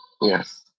Yes